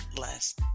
less